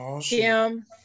Kim